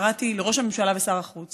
לראש הממשלה ושר החוץ